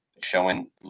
showing